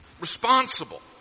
responsible